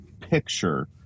picture